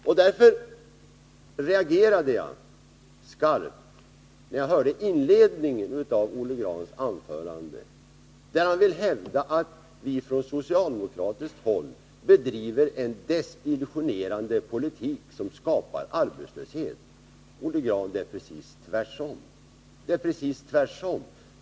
Därför reagerade jag skarpt när jag hörde inledningen i Olle Grahns anförande, där han ville hävda att vi från socialdemokratiskt håll bedriver en desillusionerande politik som skapar arbetslöshet. Det är precis tvärtom, Olle Grahn.